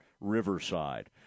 Riverside